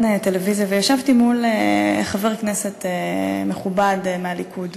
טלוויזיה מול חבר כנסת מכובד מהליכוד,